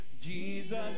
Jesus